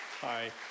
Hi